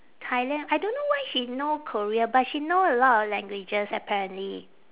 thailand I don't know why she know korea but she know a lot of languages apparently